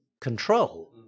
control